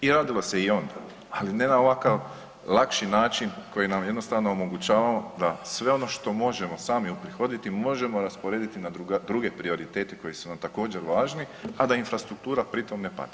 I radilo se i onda, ali ne na ovakav lakši način koji nam jednostavno omogućava da sve ono što možemo sami uprihoditi možemo rasporediti na druge prioritete koji su nam također važni, a da infrastruktura pri tom ne pati.